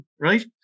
right